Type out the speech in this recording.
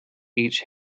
each